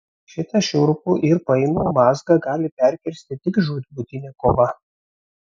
šitą šiurpų ir painų mazgą gali perkirsti tik žūtbūtinė kova